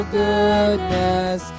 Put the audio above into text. goodness